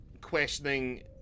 questioning